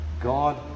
God